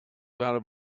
out